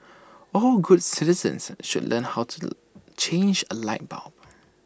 all good citizens should learn how to change A light bulb